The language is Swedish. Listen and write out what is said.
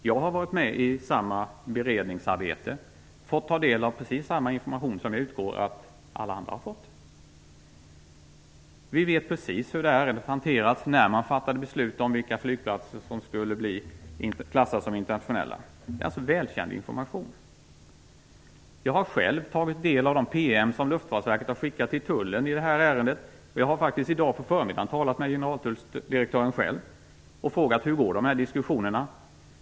Jag har varit med i samma beredningsarbete och har fått ta del av precis samma information som jag utgår från att alla andra har fått. Vi vet precis hur det här hanterades när man fattade beslut om vilka flygplatser som skulle bli klassade som internationella. Det är således välkänd information. Jag har själv tagit del av de PM som Luftfartsverket har skickat till Tullen i det här ärendet. I dag på förmiddagen har jag faktiskt talat med generaltulldirektören själv och frågat hur diskussionerna går.